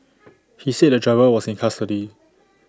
he said the driver was in custody